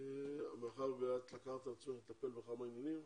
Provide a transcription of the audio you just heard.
מאחר ואת לקחת על עצמך לטפל בכמה עניינים,